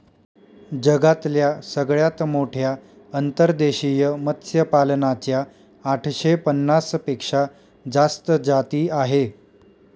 जगातल्या सगळ्यात मोठ्या अंतर्देशीय मत्स्यपालना च्या आठशे पन्नास पेक्षा जास्त जाती आहे